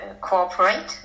Cooperate